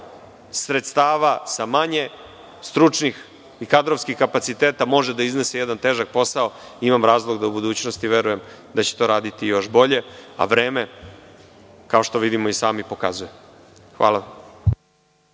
sredstava, sa manje stručnih i kadrovskih kapaciteta može da iznese jedan težak posao, imam razlog da u budućnosti verujem da će to raditi još bolje, a vreme kao što vidimo i sami pokazuje. Hvala.